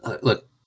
Look